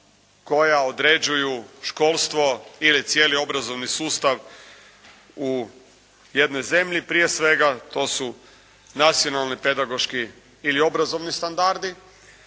koja određuju školstvo ili cijeli obrazovni sustav u jednoj zemlji prije svega to su nacionalni pedagoški ili obrazovni standardi.